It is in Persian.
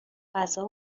غذا